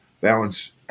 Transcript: balance